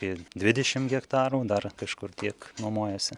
ir dvidešim hektarų dar kažkur tiek nuomojuosi